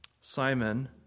Simon